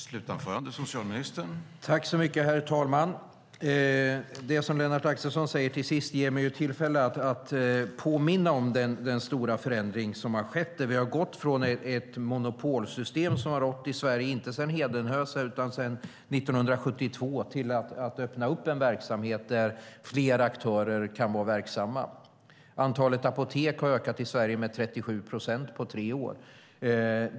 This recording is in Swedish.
Herr talman! Det som Lennart Axelsson säger till sist ger mig tillfälle att påminna om den stora förändring som har skett. Vi har gått från ett monopolsystem som har rått i Sverige, inte sedan Hedenhös utan sedan 1972, till att öppna upp en verksamhet där flera aktörer kan vara verksamma. Antalet apotek i Sverige har ökat med 37 procent på tre år.